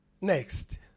Next